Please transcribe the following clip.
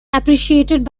appreciated